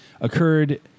occurred